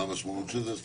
מה המשמעות של זה?